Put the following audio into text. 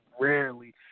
rarely